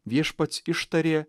viešpats ištarė